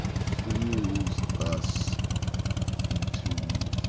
fools us into,